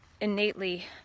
innately